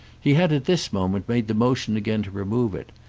he had at this moment made the motion again to remove it,